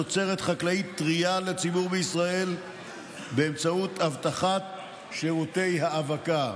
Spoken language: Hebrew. תוצרת חקלאית טרייה לציבור בישראל באמצעות אבטחת שירותי האבקה.